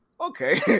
okay